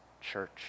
church